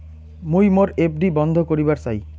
মুই মোর এফ.ডি বন্ধ করিবার চাই